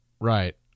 right